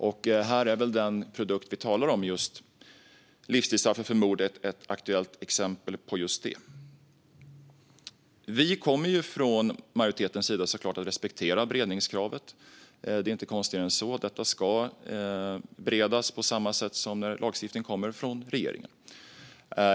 Och den produkt som vi talar om, betänkandet om livstidsstraff för mord, är ett aktuellt exempel på just detta. Vi kommer från majoritetens sida såklart att respektera beredningskravet; det är inte konstigare än så. Detta ska beredas på samma sätt som när lagstiftningsförslag kommer från regeringen.